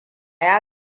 ya